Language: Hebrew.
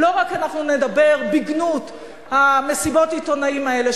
אנחנו לא רק נדבר בגנות מסיבות העיתונאים האלה,